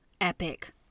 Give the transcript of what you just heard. Epic